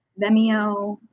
vimeo,